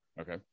Okay